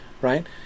right